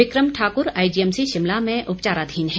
बिक्रम ठाकुर आईजीएमसी शिमला में उपचाराधीन है